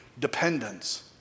dependence